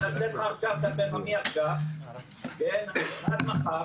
--- אין פרנסה.